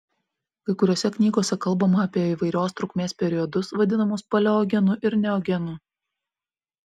kai kuriose knygose kalbama apie įvairios trukmės periodus vadinamus paleogenu ir neogenu